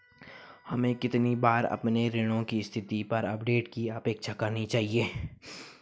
हमें कितनी बार अपने ऋण की स्थिति पर अपडेट की अपेक्षा करनी चाहिए?